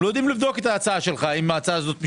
הם לא יודעים לבדוק אם היא משתלמת,